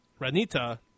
Ranita